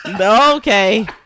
Okay